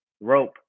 Rope